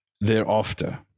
thereafter